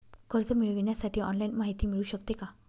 कर्ज मिळविण्यासाठी ऑनलाईन माहिती मिळू शकते का?